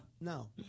No